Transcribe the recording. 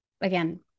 again